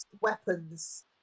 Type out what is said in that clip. weapons